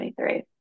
2023